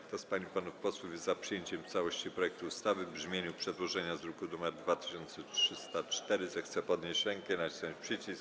Kto z pań i panów posłów jest za przyjęciem w całości projektu ustawy w brzmieniu przedłożenia z druku nr 2304, zechce podnieść rękę i nacisnąć przycisk.